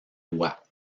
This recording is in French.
lois